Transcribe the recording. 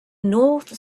north